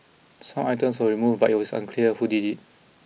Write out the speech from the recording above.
some items were removed but it was unclear who did it